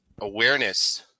awareness